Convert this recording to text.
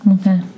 Okay